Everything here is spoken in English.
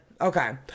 Okay